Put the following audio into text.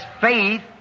faith